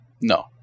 no